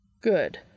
Good